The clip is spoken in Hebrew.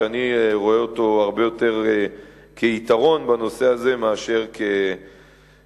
שאני רואה אותו הרבה יותר כיתרון בנושא הזה מאשר כחיסרון.